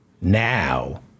now